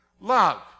Love